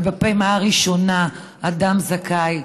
ובפעימה הראשונה אדם זכאי,